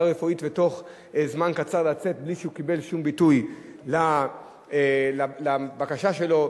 רפואית ובתוך זמן קצר לצאת בלי שהוא קיבל שום ביטוי לבקשה שלו,